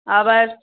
আবার